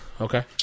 okay